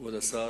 כבוד השר,